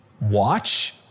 Watch